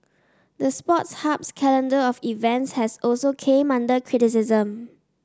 the Sports Hub's calendar of events has also came under criticism